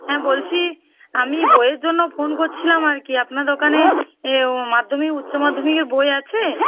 হ্যাঁ বলছি আমি বইয়ের জন্য ফোন করছিলাম আর কি আপনার দোকানে মাধ্যমিক উচ্চমাধ্যমিকের বই আছে